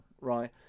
right